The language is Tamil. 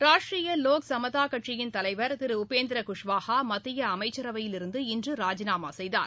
ராஷ்ட்ரியா லோக் சமதா கட்சியின் தலைவர் திரு உபேந்திர குஷ்வாகா மத்திய அமைச்சரவையில் இருந்து இன்று ராஜினா செய்தார்